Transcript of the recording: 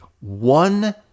one